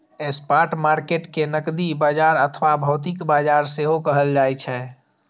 spot market कें नकदी बाजार अथवा भौतिक बाजार सेहो कहल जाइ छै